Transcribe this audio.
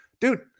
dude